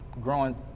growing